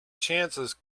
chances